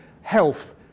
Health